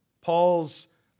Paul's